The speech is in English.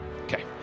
Okay